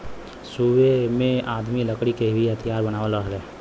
सुरु में आदमी लकड़ी के ही हथियार बनावत रहे